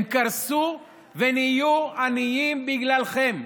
הם קרסו ונהיו עניים בגללכם,